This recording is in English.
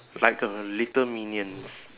like a little minions